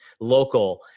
local